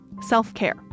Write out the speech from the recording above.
self-care